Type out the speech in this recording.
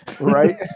Right